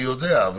אני יודע.